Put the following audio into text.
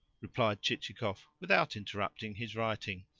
replied chichikov without interrupting his writing.